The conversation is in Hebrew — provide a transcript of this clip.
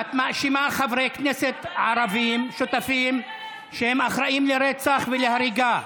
את מאשימה חברי כנסת ערבים שותפים שהם אחראים לרצח ולהריגה.